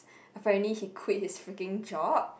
apparently he quit his freaking job